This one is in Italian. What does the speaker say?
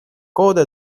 coda